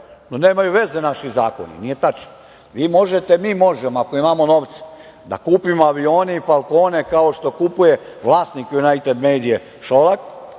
da nemaju veze naši zakoni. Nije tačno. Mi možemo, ako imamo novca, da kupimo avione i falkone kao što kupuje vlasnik "Junajted medije" Šolak,